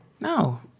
no